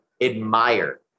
admire